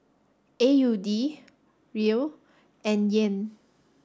A U D Riel and Yen